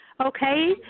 Okay